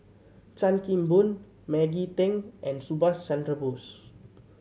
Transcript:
Chan Kim Boon Maggie Teng and Subhas Chandra Bose